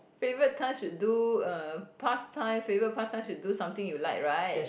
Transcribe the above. favourite time should do uh pastime favourite pastime should do something you like right